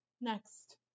Next